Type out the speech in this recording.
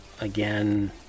again